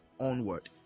onward